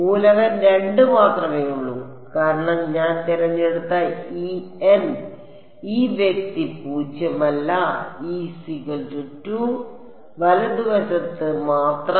മൂലകം 2 മാത്രമേയുള്ളൂ കാരണം ഞാൻ തിരഞ്ഞെടുത്ത ഈ N ഈ വ്യക്തി പൂജ്യമല്ല e2 വലതുവശത്ത് മാത്രം